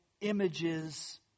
images